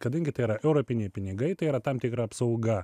kadangi tai yra europiniai pinigai tai yra tam tikra apsauga